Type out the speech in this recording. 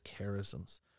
charisms